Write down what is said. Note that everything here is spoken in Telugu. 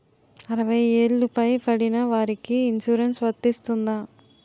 అరవై ఏళ్లు పై పడిన వారికి ఇన్సురెన్స్ వర్తిస్తుందా?